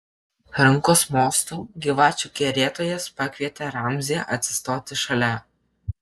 rankos mostu gyvačių kerėtojas pakvietė ramzį atsistoti šalia